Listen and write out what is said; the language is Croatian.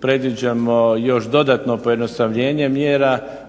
predviđamo još dodatno pojednostavljenje mjera,